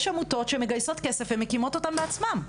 יש עמותות שמגייסות כסף ומקימות אותם בעצמן.